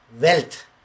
wealth